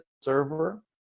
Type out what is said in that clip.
server